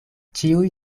ĉiuj